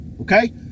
okay